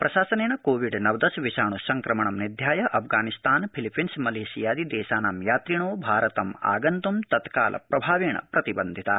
प्रशासनेन कोविड नवदश विषाण् संक्रमणं निध्याय अफगानिस्तान फिलीपीन्स मलेशियादि देशानां यात्रिणो भारतम् आगुन्तुं तत्कालप्रभावेण प्रतिबन्धिता